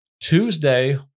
Tuesday